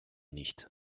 nicht